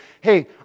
hey